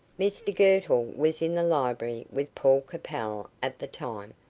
mr girtle was in the library with paul capel at the time,